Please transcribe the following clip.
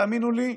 תאמינו לי,